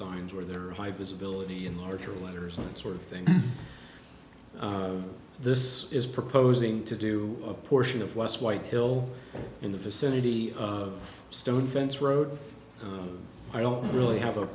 signs were there are high visibility in larger letters and that sort of thing this is proposing to do a portion of west whitehill in the vicinity of stone fence road i don't really have a